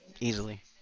Easily